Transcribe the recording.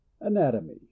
anatomy